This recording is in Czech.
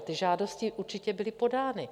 Ty žádosti určitě byly podány.